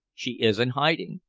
she is in hiding.